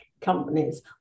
companies